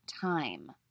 time